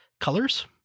colors